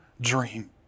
dream